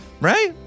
Right